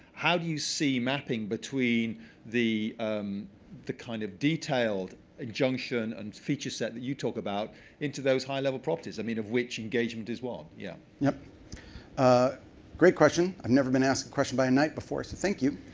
how do you see mapping between the the kind of detailed ah junction and feature set that you talk about into those high level properties? i mean of which engagements is one? yeah. chris yeah ah great question. i've never been asked a question by a knight before, so thank you.